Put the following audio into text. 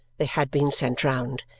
they had been sent round,